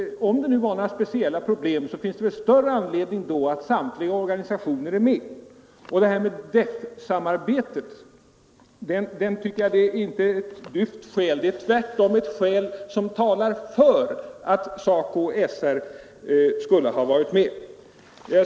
Men om det förelåg några speciella problem, finns det väl ännu större anledning att låta samtliga organisationer vara med. DEFF-samarbetet tycker jag tvärtom är ett skäl som talar för att SACO och SR borde ha varit med.